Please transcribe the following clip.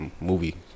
movie